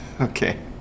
Okay